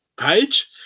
page